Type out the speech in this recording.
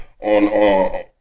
on